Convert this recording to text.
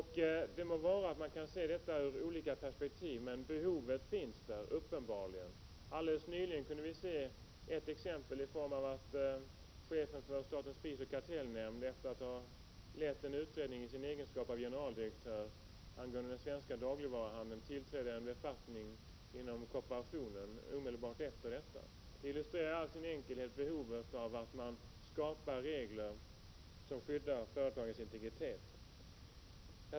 Det må vara att man kan se detta ur olika perspektiv, men behovet finns uppenbarligen. Alldeles nyligen kunde vi se ett exempel, då chefen för statens prisoch kartellnämnd, efter att i sin egenskap av generaldirektör ha lett en utredning angående den svenska dagligvaruhandeln, omedelbart därpå tillträdde en befattning inom kooperationen. Det illustrerar i all sin enkelhet behovet av att man skapar regler som skyddar företagens integritet.